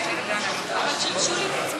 ההצעה להעביר